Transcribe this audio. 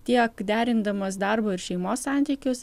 tiek derindamas darbo ir šeimos santykius